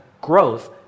growth